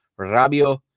Rabio